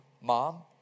mom